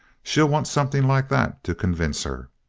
she'll want something like that to convince her.